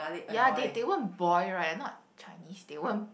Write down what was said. ya they they won't boil right not Chinese they won't